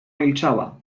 milczała